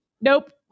Nope